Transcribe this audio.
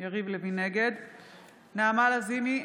נעמה לזימי,